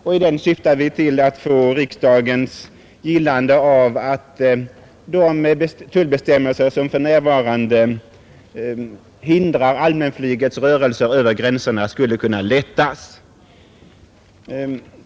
I den syftar vi till att få riksdagens gillande av att de tullbestämmelser som för närvarande hindrar allmänflygets rörelser över gränserna skulle kunna lättas.